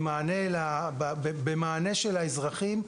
במענה של האזרחים.